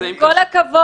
עם כל הכבוד,